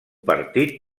partit